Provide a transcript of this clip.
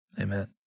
Amen